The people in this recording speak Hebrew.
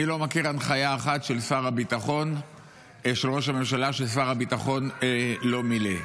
אני לא מכיר הנחיה אחת של ראש הממשלה ששר הביטחון לא מילא.